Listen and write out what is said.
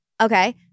Okay